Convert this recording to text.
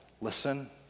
listen